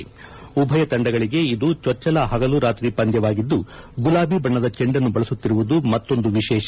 ಎರಡು ಉಭಯ ತಂಡಗಳಿಗೆ ಇದು ಚೊಚ್ಚಲ ಹಗಲು ರಾತ್ರಿ ಪಂದ್ಯವಾಗಿದ್ದು ಗುಲಾಬಿ ಬಣ್ಣದ ಚೆಂಡನ್ನು ಬಳಸುತ್ತಿರುವುದು ಮತ್ತೊಂದು ವಿಶೇಷ